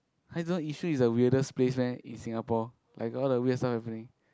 [huh] you don't know Yishun is the weirdest place meh in Singapore like all the weird stuff happening